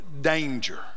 danger